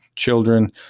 children